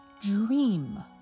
dream